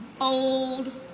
old